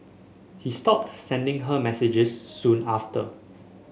he stopped sending her messages soon after